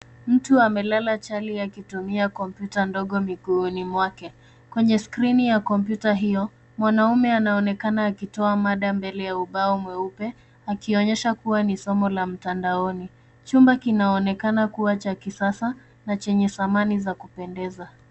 Mtu amelala chali akitumia kompyuta ndogo miguuni mwake. Kwenye skrini ya kompyuta hiyo mwanaume anaonekana akitoa mada mbele ya ubao mweupe, akionyesha kuwa ni somo la mtandaoni. Chumba kinaonekana kuwa cha kisasa na chenye samani za kutosha.